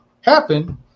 happen